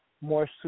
more